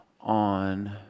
on